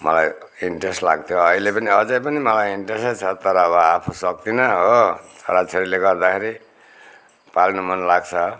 मलाई इन्ट्रेस्ट लाग्थ्यो अहिले पनि अझै पनि मलाई इन्ट्रेस्टै छ तर अब आफू सक्दिनँ हो छोरा छोरीले गर्दाखेरि पाल्नु मन लाग्छ